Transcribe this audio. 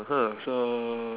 mmhmm so